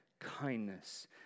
kindness